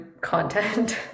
content